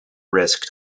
risk